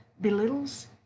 belittles